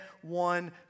one